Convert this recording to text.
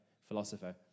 philosopher